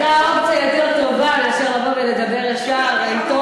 חשבנו שתדברי על גזענות.